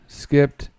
skipped